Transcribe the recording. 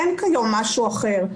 אין כיום משהו אחר.